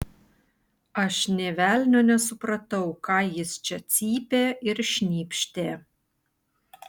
aš nė velnio nesupratau ką jis čia cypė ir šnypštė